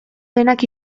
denak